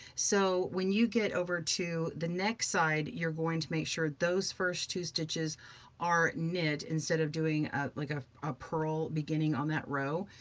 so when you get over to the next side, you're going to make sure those first two stitches are knit instead of doing ah like ah a purl beginning on that row.